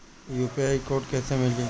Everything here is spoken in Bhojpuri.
यू.पी.आई कोड कैसे मिली?